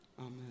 Amen